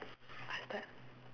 ah start